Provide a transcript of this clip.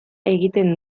egiten